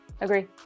Agree